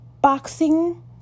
boxing